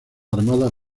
armadas